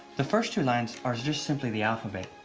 the first two lines are just simply the alphabet.